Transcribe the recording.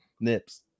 nips